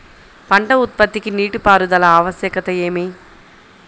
పంట ఉత్పత్తికి నీటిపారుదల ఆవశ్యకత ఏమి?